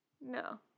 No